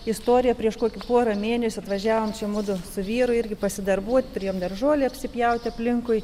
istorija prieš kokį porą mėnesių atvažiavom čia mudu su vyru irgi pasidarbuot turėjom dar žolę apsipjaut aplinkui